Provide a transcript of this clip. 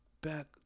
back